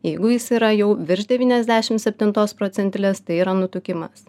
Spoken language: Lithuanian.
jeigu jis yra jau virš devyniasdešim septintos procentilės tai yra nutukimas